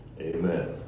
Amen